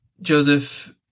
Joseph